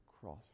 cross